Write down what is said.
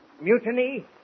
Mutiny